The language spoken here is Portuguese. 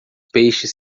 peixes